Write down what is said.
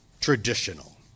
traditional